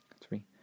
three